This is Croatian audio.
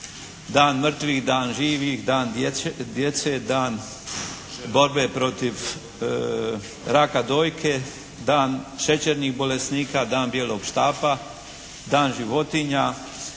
Dan mrtvih, dan živih, dan djece, dan borbe protiv raka dojke, dan šećernih bolesnika, dan bijelog štapa, dan životinja.